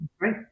Right